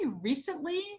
recently